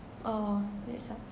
oh that sucks